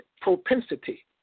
propensity